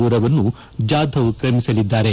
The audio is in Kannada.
ದೂರವನ್ನು ಜಾಧವ್ ಕ್ರಮಿಸಲಿದ್ದಾರೆ